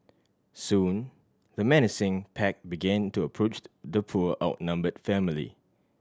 soon the menacing pack began to approach the poor outnumbered family